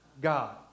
God